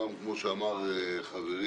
וכמו שאמר חברי,